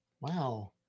Wow